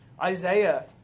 Isaiah